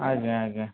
ଆଜ୍ଞା ଆଜ୍ଞା